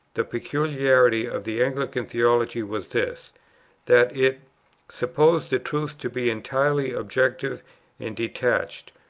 the peculiarity of the anglican theology was this that it supposed the truth to be entirely objective and detached,